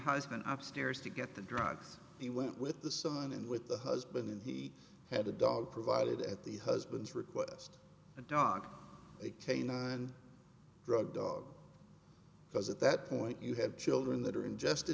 husband of stairs to get the drugs he went with the someone in with the husband and he had a dog provided at the husband's request a dog a canine drug dog because at that point you have children that are ingested